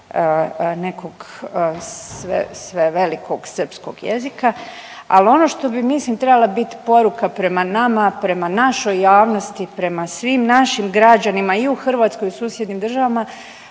nekog svevelikog srpskog jezika, ali ono što bi mislim, trebala biti poruka prema nama, prema našoj javnosti, prema svim našim građanima i u Hrvatskoj i susjednim državama,